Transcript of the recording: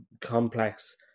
complex